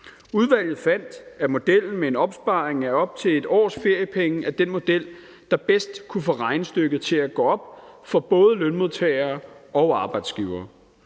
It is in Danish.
Udvalget fandt, at modellen med en opsparing af op til 1 års feriepenge var den model, der bedst kunne få regnestykket til at gå op for både lønmodtagere og arbejdsgivere.